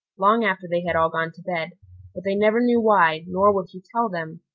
long after they had all gone to bed but they never knew why, nor would he tell them.